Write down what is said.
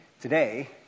today